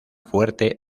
fuerte